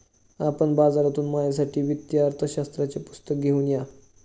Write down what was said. आपण बाजारातून माझ्यासाठी वित्तीय अर्थशास्त्राचे पुस्तक घेऊन या